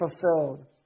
fulfilled